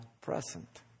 present